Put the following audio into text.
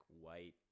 white